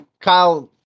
Kyle